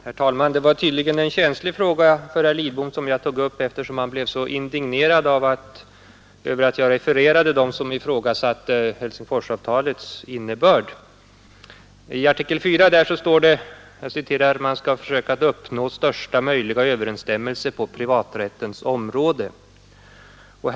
Herr talman! Det var tydligen en känslig fråga för herr Lidbom som jag tog upp, eftersom han blev så indignerad över att jag refererade dem Nr 105 skall försöka uppnå ”största möjliga överensstämmelse på privaträttens Onsdagen den område”.